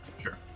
Sure